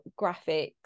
graphics